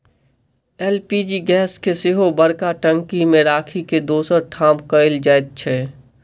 LPG gas के सेहो बड़का टंकी मे राखि के दोसर ठाम कयल जाइत छै